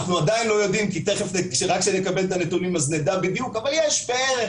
אנחנו עדיין לא יודעים ורק כשנקבל את הנתונים נדע יש בערך,